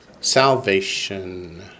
Salvation